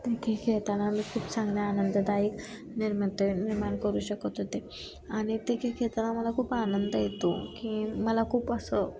ते खेळ खेळताना मी खूप चांगल्या आनंददायिक निर्मते निर्माण करू शकत होते आणि ते खेळ घेताना मला खूप आनंद येतो की मला खूप असं